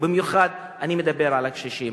ובמיוחד אני מדבר על הקשישים.